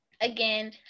Again